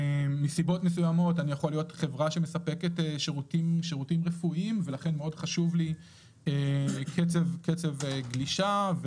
יכולה להיות חברה שמספקת שירותים רפואיים שמאוד חשוב לה קצב גלישה,